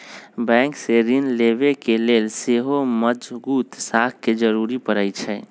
bank से ऋण लेबे के लेल सेहो मजगुत साख के जरूरी परै छइ